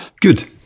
Good